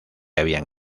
habían